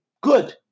good